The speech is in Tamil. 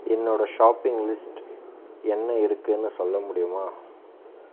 என்னோட ஷாப்பிங் லிஸ்ட் என்ன இருக்குன்னு சொல்ல முடியுமா